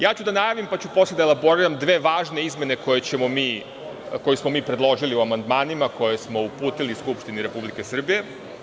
Ja ću da najavim, pa ću posle da elaboriram, dve važne izmene koje smo mi predložili u amandmanima koje smo uputili Skupštini Republike Srbije.